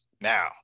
Now